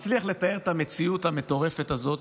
מצליח לתאר את המציאות המטורפת הזאת